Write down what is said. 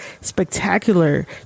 spectacular